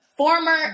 Former